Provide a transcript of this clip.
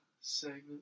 Segment